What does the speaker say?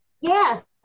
Yes